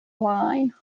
line